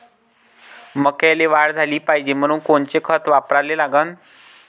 मक्याले वाढ झाली पाहिजे म्हनून कोनचे खतं वापराले लागन?